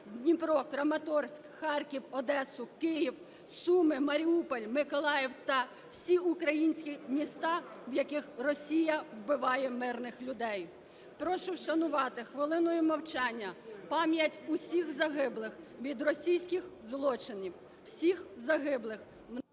Дніпро, Краматорськ, Харків, Одесу, Київ, Суми, Маріуполь, Миколаїв та всі українські міста, в яких Росія вбиває мирних людей. Прошу вшанувати хвилиною мовчання пам'ять усіх загиблих від російських злочинів, всіх загиблих…